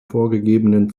vorgegebenen